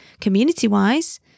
community-wise